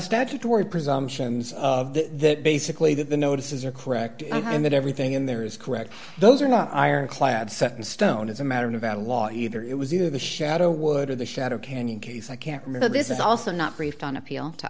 statutory presumption that basically that the notices are correct and that everything in there is correct those are not ironclad set in stone as a matter of nevada law either it was either the shadow would or the shadow canyon case i can't remember this is also not briefed on appeal